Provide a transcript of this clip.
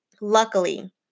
luckily